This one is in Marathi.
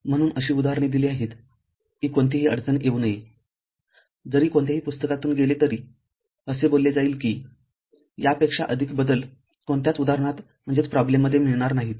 म्हणून अशी उदाहरणे दिली आहेत की कोणतीही अडचण येऊ नयेजरी कोणत्याही पुस्तकातून गेले तरी असे बोलले जाईल कि यापेक्षा अधिक बदल कोणत्याच उदाहरणात मिळणार नाहीत